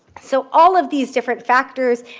so all of these different factors